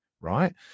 right